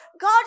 God